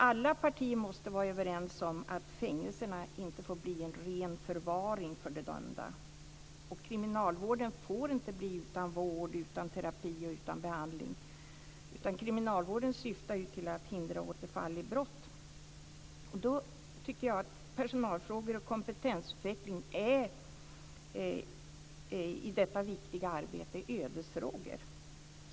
Alla partier måste vara överens om att fängelserna inte får bli en ren förvaring för de dömda. Kriminalvården får inte bli en kriminalvård utan vård, terapi och behandling, utan kriminalvården syftar ju till att hindra återfall i brott. Då tycker jag att personalfrågor och kompetensutveckling är i detta viktiga arbete ödesfrågor.